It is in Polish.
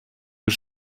już